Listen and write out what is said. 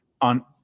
On –